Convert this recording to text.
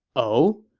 oh?